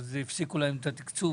אז הפסיקו להם את התקצוב.